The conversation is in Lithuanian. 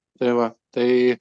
tai va tai